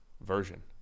version